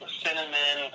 cinnamon